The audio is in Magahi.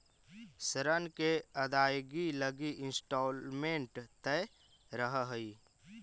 ऋण के अदायगी लगी इंस्टॉलमेंट तय रहऽ हई